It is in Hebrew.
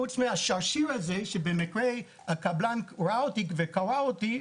חוץ מה- שבמקרה הקבלן ראה וקרא לי,